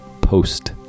post